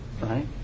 Right